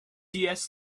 lewis